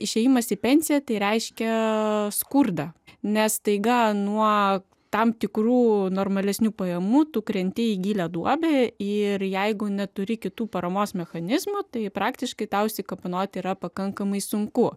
išėjimas į pensiją tai reiškia skurdą nes staiga nuo tam tikrų normalesnių pajamų tu krenti į gilią duobę ir jeigu neturi kitų paramos mechanizmų tai praktiškai tau išsikapanoti yra pakankamai sunku